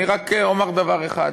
אני רק אומר דבר אחד: